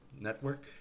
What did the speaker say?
network